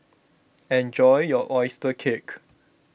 enjoy your Oyster Cake